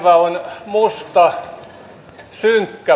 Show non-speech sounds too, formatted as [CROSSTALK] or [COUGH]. on musta synkkä [UNINTELLIGIBLE]